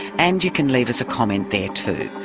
and you can leave us a comment there too.